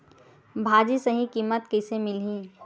भाजी सही कीमत कइसे मिलही?